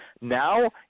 Now